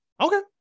Okay